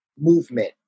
movement